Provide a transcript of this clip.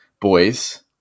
Boys